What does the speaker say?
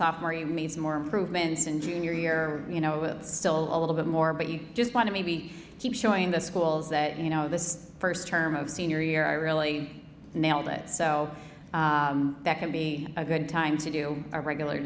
sophomore year means more improvements in junior year you know still a little bit more but you just want to maybe keep showing the schools that you know this first term of senior year i really nailed it so that could be a good time to do a regular